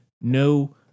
no